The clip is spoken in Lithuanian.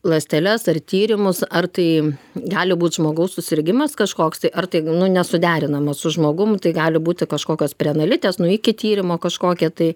ląsteles ar tyrimus ar tai gali būt žmogaus susirgimas kažkoks tai ar tai nesuderinama su žmogum tai gali būti kažkokios preanalitės nu iki tyrimo kažkokia tai